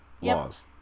Laws